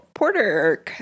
porter